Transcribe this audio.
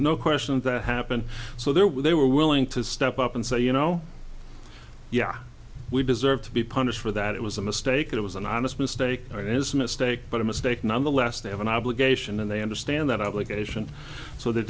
no question that happened so there were they were willing to step up and say you know yeah we deserve to be punished for that it was a mistake it was an honest mistake it is a mistake but a mistake nonetheless they have an obligation and they understand that obligation so they